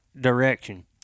direction